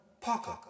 Parker